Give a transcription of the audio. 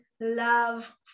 love